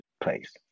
place